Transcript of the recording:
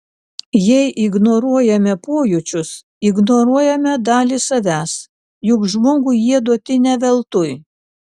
jei ignoruojame pojūčius ignoruojame dalį savęs juk žmogui jie duoti ne veltui